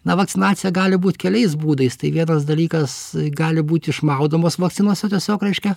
na vakcinacija gali būt keliais būdais tai vienas dalykas gali būt išmaudomos vakcinose tiesiog reiškia